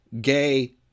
gay